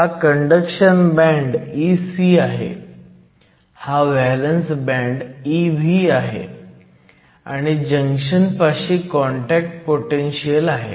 हा conduction band Ec आहे हा व्हॅलंस बँड Ev आहे आणि जंक्शन पाशी कॉन्टॅक्ट पोटेनशीयल आहे